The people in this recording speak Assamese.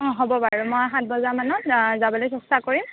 অঁ হ'ব বাৰু মই সাত বজা মানত যাবলৈ চেষ্টা কৰিম